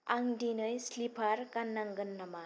आं दिनै स्लिपार गाननांगोन नामा